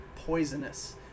Poisonous